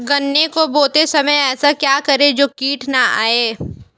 गन्ने को बोते समय ऐसा क्या करें जो कीट न आयें?